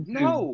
no